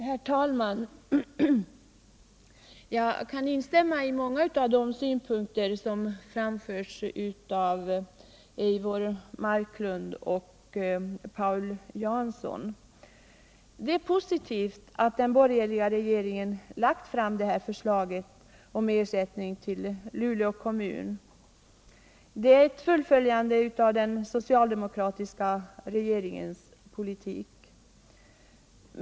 Herr talman! Jag kan instämma i många av de synpunkter som framförts av Eivor Marklund och Paul Jansson. Det är positivt att den borgerliga regeringen lagt fram förslaget om ersättning till Luleå kommun. Det är ett fullföljande av den socialdemokratiska regeringens politik.